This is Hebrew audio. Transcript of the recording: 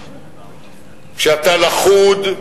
כשאתה לכוד,